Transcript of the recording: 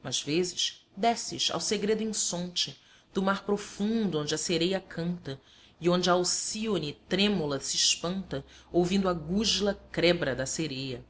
mas vezes desces ao segredo insonte do mar profundo onde a sereia canta e onde a alcíone trêmula se espanta ouvindo a gusla crebra da sereia